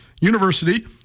university